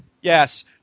Yes